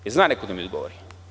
Da li zna neko da mi odgovori?